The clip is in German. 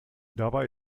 dabei